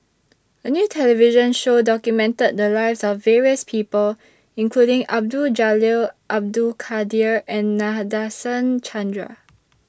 A New television Show documented The Lives of various People including Abdul Jalil Abdul Kadir and Nadasen Chandra